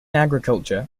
agriculture